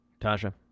Tasha